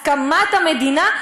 הסכמת המדינה.